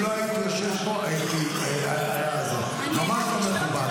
אם לא הייתי יושב פה --- ממש לא מכובד.